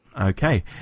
Okay